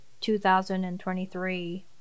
2023